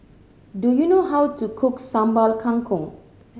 do you know how to cook Sambal Kangkong